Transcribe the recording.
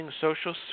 Social